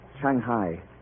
shanghai